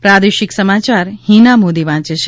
પ્રાદેશિક સમાચાર હિના મોદી વાંચે છે